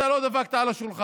אתה לא דפקת על השולחן.